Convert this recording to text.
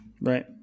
Right